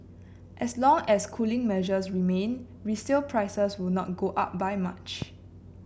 as long as cooling measures remain resale prices will not go up by much